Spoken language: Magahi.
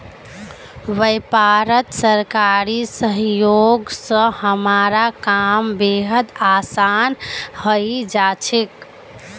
व्यापारत सरकारी सहयोग स हमारा काम बेहद आसान हइ जा छेक